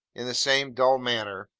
in the same dull manner,